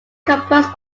composed